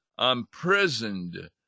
imprisoned